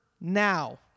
now